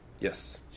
Yes